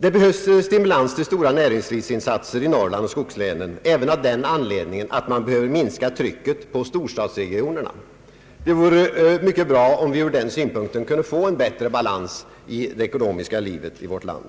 Det behövs stimulans till stora näringslivsinsatser i Norrland och skogslänen även av den anledningen att man behöver minska trycket på storstadsregionerna. Det vore mycket bra om vi ur denna synpunkt kunde få en bättre balans i det ekonomiska livet i vårt land.